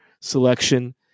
selection